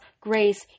grace